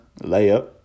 layup